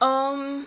um